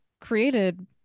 created